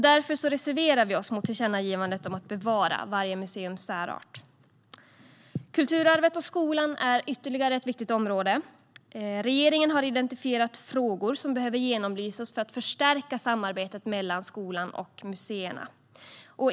Därför reserverar vi oss mot tillkännagivandet om att bevara varje museums särart. Kulturarvet och skolan är ytterligare ett viktigt område. Regeringen har identifierat frågor som behöver genomlysas för att förstärka samarbetet mellan skolan och museerna.